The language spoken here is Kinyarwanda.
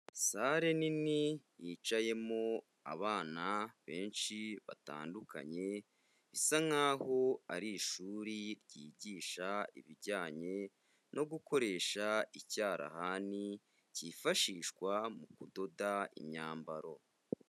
Sale nini yicayemo abana benshi batandukanye, bisa nkaho ari ishuri ryigisha ibijyanye no gukoresha icyarahani cyifashishwa mu kudoda imyambaro.